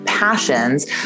passions